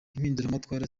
impinduramatwara